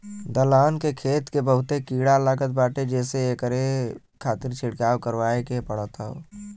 दलहन के खेत के बहुते कीड़ा लागत बाटे जेसे एकरे खातिर छिड़काव करवाए के पड़त हौ